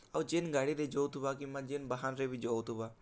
ଆଉ ଯେନ୍ ଗାଡ଼ିରେ ଯାଉଥିବା ଆର୍ ଯେନ୍ ବାହାନ୍ନେ ବି ଯାଉଥିବା